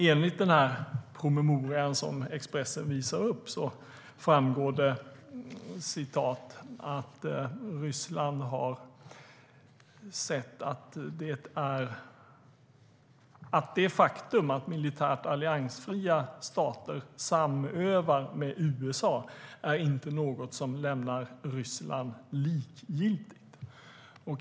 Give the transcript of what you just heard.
Enligt promemorian som Expressen visar upp framgår det att Ryssland har ansett att det faktum att militärt alliansfria stater samövar med USA inte är något som lämnar Ryssland likgiltigt.